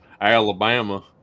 alabama